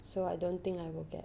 so I don't think I will get